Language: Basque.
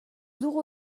dugu